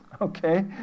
Okay